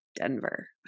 Denver